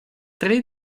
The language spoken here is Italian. tre